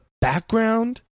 background